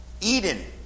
Eden